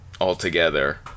altogether